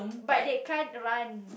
but they can't run